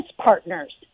partners